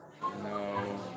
No